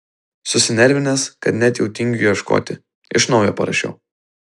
susinervinęs kad net jau tingiu ieškoti iš naujo parašau